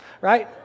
right